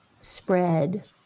spread